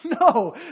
No